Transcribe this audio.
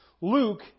Luke